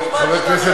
חבר הכנסת